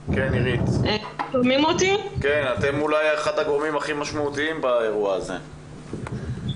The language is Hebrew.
אתם אולי אחד הגורמים הכי משמעותיים באירוע הזה,